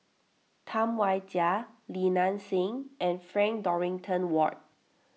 Tam Wai Jia Li Nanxing and Frank Dorrington Ward